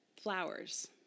flowers